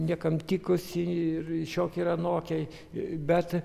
niekam tikusi ir šiokia ir anokia bet